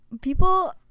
People